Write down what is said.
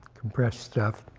compressed stuff,